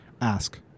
Ask